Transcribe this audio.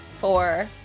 Four